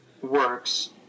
works